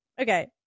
Okay